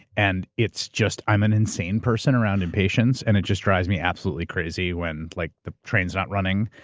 and it's just. i'm an insane person around impatience, and it just drives me absolutely crazy when like the train's not running.